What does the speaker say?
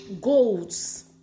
goals